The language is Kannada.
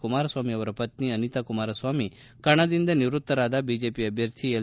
ಕುಮಾರ ಸ್ವಾಮಿ ಅವರ ಪತ್ನಿ ಅನಿತಾ ಕುಮಾರಸ್ವಾಮಿ ಕಣದಿಂದ ನಿವೃತ್ತರಾದ ಬಿಜೆಪಿ ಅಭ್ಯರ್ಥಿ ಎಲ್